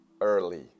early